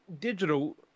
digital